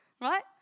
right